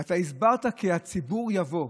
ואתה הסברת: כי הציבור יבוא.